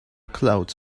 clouds